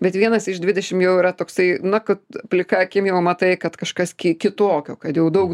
bet vienas iš dvidešimt jau yra toksai na kad plika akim jau matai kad kažkas kitokio kad jau daug